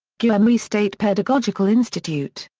gyumri state pedagogical institute.